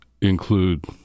include